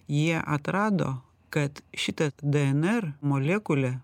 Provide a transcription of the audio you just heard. jie atrado kad šita dnr molekulė